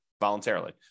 voluntarily